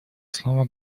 слово